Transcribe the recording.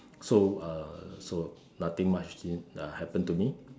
so uh so nothing much didn't uh happen to me